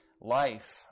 life